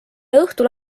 õhtul